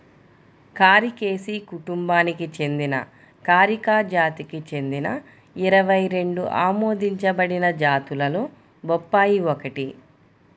కారికేసి కుటుంబానికి చెందిన కారికా జాతికి చెందిన ఇరవై రెండు ఆమోదించబడిన జాతులలో బొప్పాయి ఒకటి